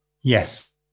Yes